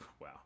wow